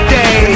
day